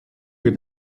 que